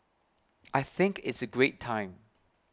I think it's a great time